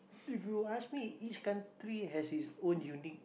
if you ask me each country has its own unique